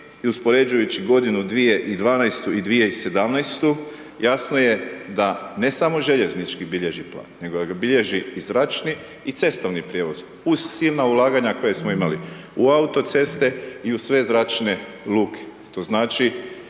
i uspoređujući godinu 2012. i 2017. jasno je da, ne samo željeznički bilježi pad, nego ga bilježi i zračni i cestovni prijevoz, uz silna ulaganja koja smo imali u autoceste i u sve zračne luke.